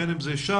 בין אם זה שם,